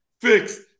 fixed